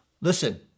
Listen